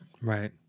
Right